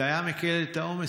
זה היה מקל את העומס.